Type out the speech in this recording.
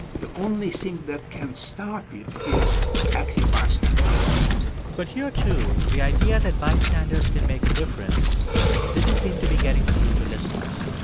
the only thing that can stop it is active bystanders but here, too, the idea that bystanders can make a difference didn't seem to be getting through to listeners.